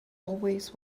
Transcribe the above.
always